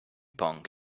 pong